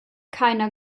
keiner